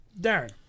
Darren